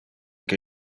que